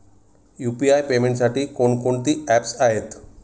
UPI पेमेंटसाठी कोणकोणती apps आहेत?